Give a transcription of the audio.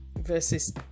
verses